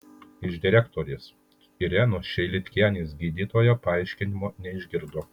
iš direktorės irenos čeilitkienės gydytoja paaiškinimo neišgirdo